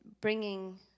bringing